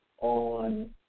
on